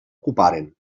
ocuparen